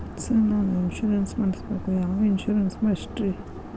Sir ನಾನು insurance ಮಾಡಿಸಬೇಕು ಯಾವ ಇನ್ಶೂರೆನ್ಸ್ ಬೆಸ್ಟ್ರಿ?